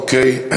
אוקיי.